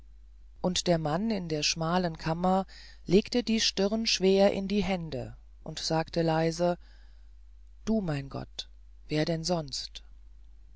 und der mann in der schmalen kammer legte die stirn schwer in die hände und sagte leise du mein gott wer denn sonst